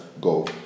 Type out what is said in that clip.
go